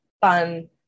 fun